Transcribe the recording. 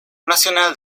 nacional